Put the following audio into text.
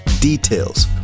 details